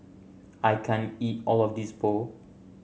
I can't eat all of this Pho